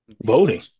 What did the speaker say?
voting